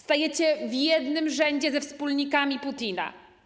Stajecie w jednym rzędzie ze wspólnikami Putina.